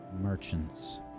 merchants